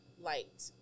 liked